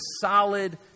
solid